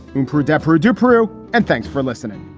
in peru, adepero du peru. and thanks for listening